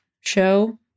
show